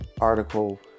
article